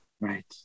Right